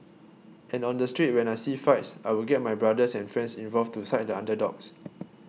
can on the street when I see fights I would get my brothers and friends involved to side the underdogs